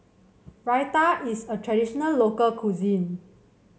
raita is a traditional local cuisine